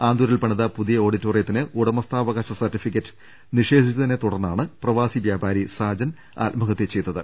ആന്തൂരിൽ പണിത പുതിയ ഓഡിറ്റോറിയത്തിന് ഉടമസ്ഥാവകാശ സർട്ടി ഫിക്കറ്റ് നിഷേധിച്ചതിനെ തുടർന്നാണ് പ്രവാസി വൃാപാരി സാജൻ ആത്മഹത്യ ചെയ്തത്